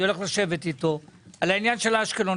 אני הולך לשבת איתו בעניין אשקלון.